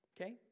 Okay